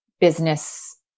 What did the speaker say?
business